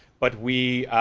but we,